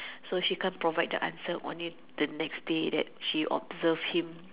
so she can't provide the answer only the next day that she observed him